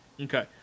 Okay